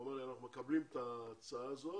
הוא אמר לי אנחנו מקבלים את ההצעה הזאת.